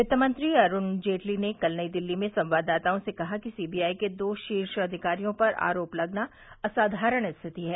वित्तमंत्री अरूण जेटली ने कल नई दिल्ली में संवाददाताओं से कहा कि सीबीआई के दो शीर्ष अधिकारियों पर आरोप लगना असाधारण स्थिति है